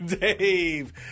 Dave